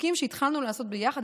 החוקים שהתחלנו לעשות ביחד,